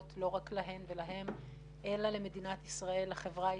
לא רק להם ולהן אלא למדינת ישראל ולחברה הישראלית,